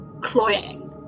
cloying